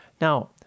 Now